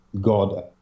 God